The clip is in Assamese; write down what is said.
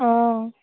অঁ